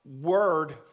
word